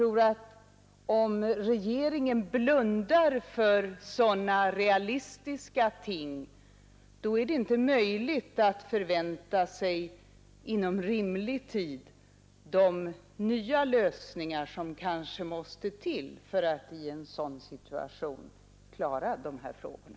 Om regeringen blundar för sådana realistiska ting, tror jag inte att man inom rimlig tid kan förvänta sig de nya lösningar som kanske måste till för att i en sådan situation klara de här frågorna.